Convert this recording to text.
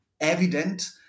evident